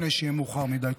לפני שיהיה מאוחר מדי.